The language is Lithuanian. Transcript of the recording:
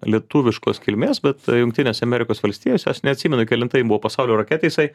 lietuviškos kilmės bet jungtinėse amerikos valstijose aš neatsimenu kelinta buvo pasaulio raketė jisai